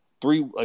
three